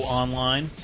online